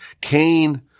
Cain